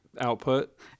output